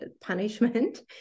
punishment